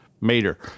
mater